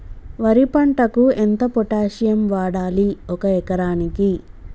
వరి పంటకు ఎంత పొటాషియం వాడాలి ఒక ఎకరానికి?